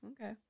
okay